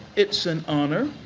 it's an honor,